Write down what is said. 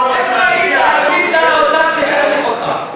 איפה היית, אדוני שר האוצר, כשצריך אותך?